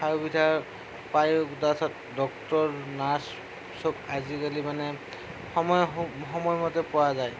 সা সুবিধা পায় তাৰ পাছত ডক্তৰ নাৰ্ছ চব আজিকালি মানে সময় সময়মতে পোৱা যায়